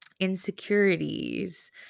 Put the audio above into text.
insecurities